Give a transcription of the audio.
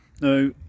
Now